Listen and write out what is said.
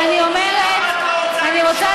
יש הבדל גדול.